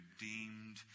redeemed